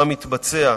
מה מתבצע,